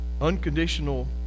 unconditional